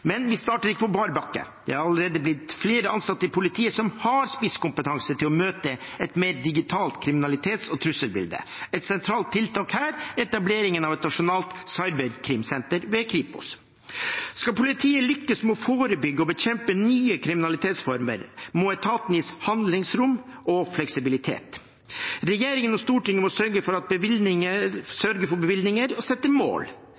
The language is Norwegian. Men vi starter ikke på bar bakke. Det er allerede blitt flere ansatte i politiet som har spisskompetanse til å møte et mer digitalt kriminalitets- og trusselbilde. Et sentralt tiltak her er etableringen av et nasjonalt cyberkrimsenter ved Kripos. Skal politiet lykkes med å forebygge og bekjempe nye kriminalitetsformer, må etaten gis handlingsrom og fleksibilitet. Regjeringen og Stortinget må sørge for bevilgninger og sette mål.